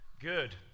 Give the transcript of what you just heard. good